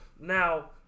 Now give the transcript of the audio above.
Now